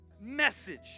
message